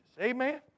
Amen